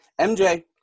MJ